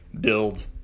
build